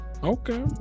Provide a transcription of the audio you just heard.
okay